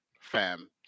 Fam